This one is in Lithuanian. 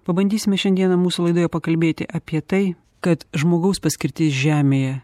pabandysime dieną mūsų laidoje pakalbėti apie tai kad žmogaus paskirtis žemėje